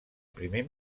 primer